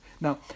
now